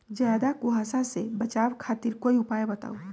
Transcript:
ज्यादा कुहासा से बचाव खातिर कोई उपाय बताऊ?